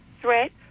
threat